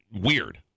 weird